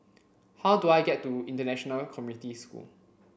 how do I get to International Community School